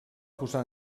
posar